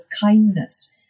kindness